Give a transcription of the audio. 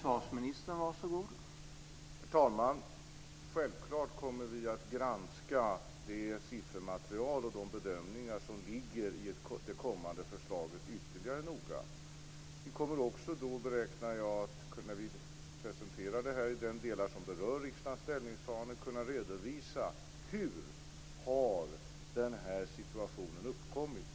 Herr talman! Självfallet kommer vi att granska det siffermaterial och de bedömningar som ligger i det kommande förslaget ytterligare noga. Jag räknar också med att vi, när vi presenterar de delar av förslaget som berör riksdagens ställningstagande, skall kunna redovisa hur den här situationen har uppkommit.